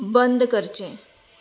बंद करचें